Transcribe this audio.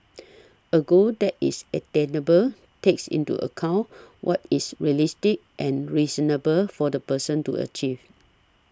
a goal that is attainable takes into account what is realistic and reasonable for the person to achieve